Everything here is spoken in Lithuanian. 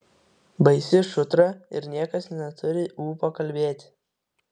baisi šutra ir niekas neturi ūpo kalbėti